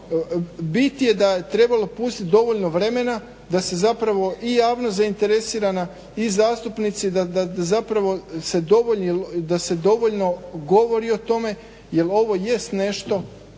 bit je da je trebalo pustiti dovoljno vremena da se i javnost zainteresirana i zastupnici da se dovoljno govori o tome jel ovo jest nešto